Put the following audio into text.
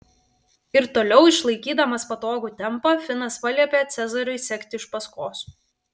ir toliau išlaikydamas patogų tempą finas paliepė cezariui sekti iš paskos